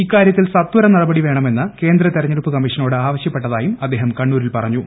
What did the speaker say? ഇക്കാരൃത്തിൽ സത്വര നടപടി വേണമെന്ന് കേന്ദ്ര തിരഞ്ഞെടുപ്പ് കമ്മീഷനോട് ആവശ്യപ്പെട്ടതായും അദ്ദേഹം കണ്ണൂരിൽ പറഞ്ഞു